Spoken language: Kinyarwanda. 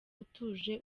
utuje